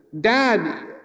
dad